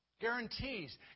Guarantees